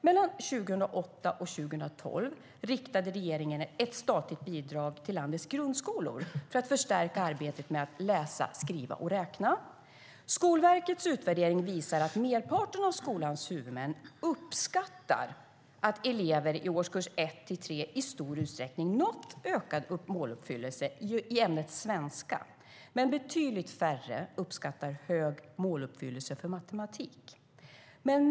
Mellan 2008 och 2012 riktade regeringen ett statligt bidrag till landets grundskolor för att förstärka arbetet med att läsa, skriva och räkna. Skolverkets utvärdering visar att merparten av skolans huvudmän uppskattar att elever i årskurs 1-3 i stor utsträckning nått ökad måluppfyllelse i ämnet svenska, men betydligt färre uppskattar hög måluppfyllelse för matematik.